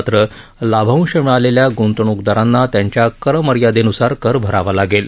मात्र लाभांश मिळालेल्या गुंतवणूकदारांना त्यांच्या कर मर्यादेनुसार कर भरावा लागेल